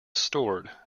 stored